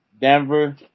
Denver